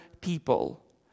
people